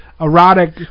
erotic